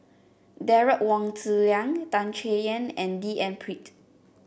Derek Wong Zi Liang Tan Chay Yan and D N Pritt